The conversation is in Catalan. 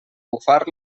bufar